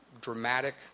dramatic